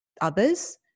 others